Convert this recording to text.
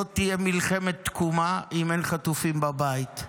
לא תהיה מלחמת תקומה אם אין חטופים בבית.